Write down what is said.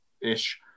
ish